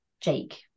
jake